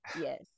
Yes